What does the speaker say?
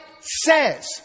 says